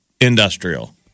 industrial